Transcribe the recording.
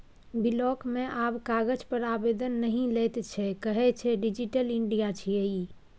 block मे आब कागज पर आवेदन नहि लैत छै कहय छै डिजिटल इंडिया छियै ई